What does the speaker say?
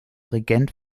regent